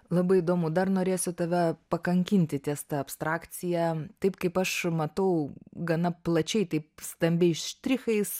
labai įdomu dar norėsiu tave pakankinti ties ta abstrakcija taip kaip aš matau gana plačiai taip stambiais štrichais